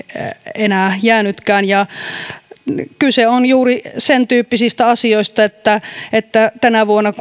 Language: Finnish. enää jäänytkään kyse on juuri sen tyyppisistä asioista että että kun tänä vuonna